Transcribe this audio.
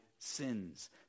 sins